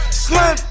slim